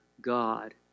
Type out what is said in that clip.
God